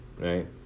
right